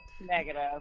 Negative